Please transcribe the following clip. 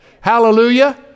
hallelujah